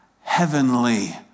heavenly